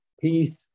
peace